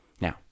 Now